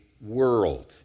world